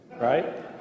right